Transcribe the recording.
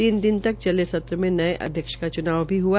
तीन दिन तक चले सत्र में नये अध्यक्ष का चुनाव भी हआ